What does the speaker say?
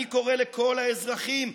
אני קורא לכל האזרחים,